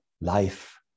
life